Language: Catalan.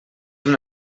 una